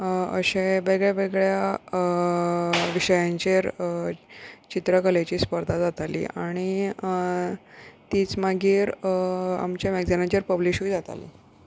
अशे वेगळ्या वेगळ्या विशयांचेर चित्रकलेची स्पर्धा जाताली आनी तीच मागीर आमच्या मॅग्जिनांचेर पब्लिशूय जाताली